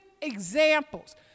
examples